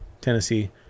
Tennessee